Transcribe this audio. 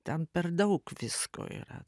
ten per daug visko yra